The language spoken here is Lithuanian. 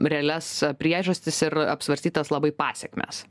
realias priežastis ir apsvarstytas labai pasekmes